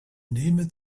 nehme